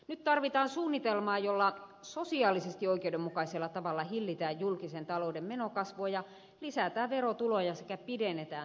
nyt tarvitaan suunnitelmaa jolla sosiaalisesti oikeudenmukaisella tavalla hillitään julkisen talouden menokasvua ja lisätään verotuloja sekä pidennetään työuria